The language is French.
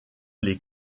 les